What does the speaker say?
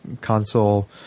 console